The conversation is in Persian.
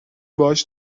باهاش